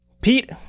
Pete